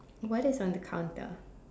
what is on the counter